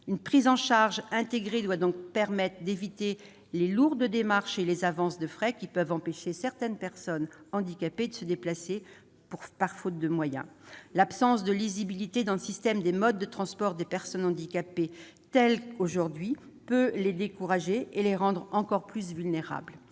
une prise en charge intégrée, les personnes handicapées s'éviteraient de lourdes démarches et les avances de frais qui peuvent empêcher certaines d'entre elles de se déplacer, faute de moyens. L'absence de lisibilité dans le système des modes de transport des personnes handicapées, tel qu'il est organisé aujourd'hui, peut les décourager et les rendre encore plus vulnérables.